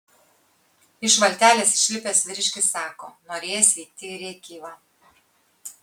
iš valtelės išlipęs vyriškis sako norėjęs vykti į rėkyvą